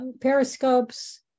periscopes